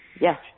Yes